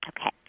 Okay